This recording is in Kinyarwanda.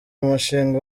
umushinga